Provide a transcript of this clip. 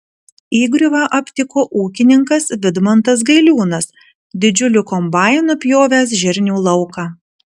įgriuvą aptiko ūkininkas vidmantas gailiūnas didžiuliu kombainu pjovęs žirnių lauką